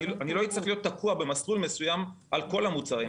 אני לא אצטרך להיות תקוע במסלול מסוים על כל המוצרים.